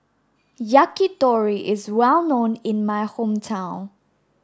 yakitori is well known in my hometown